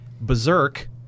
Berserk